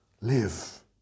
live